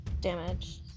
damage